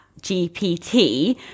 GPT